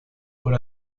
por